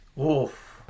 Oof